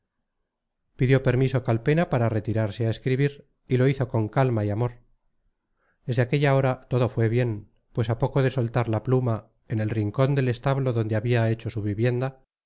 pidió permiso calpena para retirarse a escribir y lo hizo con calma y amor desde aquella hora todo fue bien pues a poco de soltar la pluma en el rincón del establo donde había hecho su vivienda